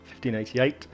1588